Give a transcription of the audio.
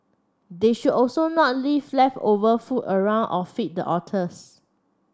they should also not leave leftover food around or feed the otters